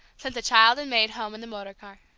sent the child and maid home in the motor-car.